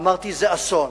אמרתי: זה אסון.